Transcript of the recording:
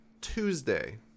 Tuesday